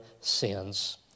sins